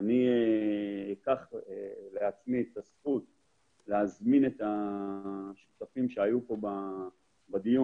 אני אקח לעצמי את הזכות להזמין את השותפים שהיו פה בדיון